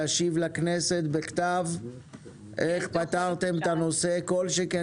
להשיב לכנסת בכתב איך פתרתם את הנושא כל שכן